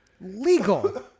legal